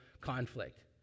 conflict